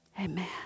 amen